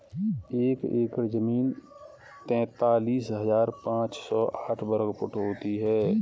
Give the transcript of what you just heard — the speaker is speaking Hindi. एक एकड़ जमीन तैंतालीस हजार पांच सौ साठ वर्ग फुट होती है